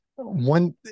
One